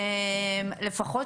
לפחות